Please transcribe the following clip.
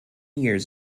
years